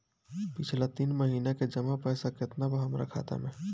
पिछला तीन महीना के जमा पैसा केतना बा हमरा खाता मे?